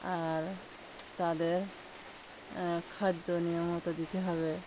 আর তাদের খাদ্য নিয়মিত দিতে হবে